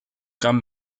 gramm